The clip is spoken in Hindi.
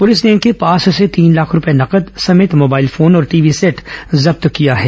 पुलिस ने इनके पास से तीन लाख रूपये नगद समेत मोबाइल फोन और टीवी सेट जब्त किया है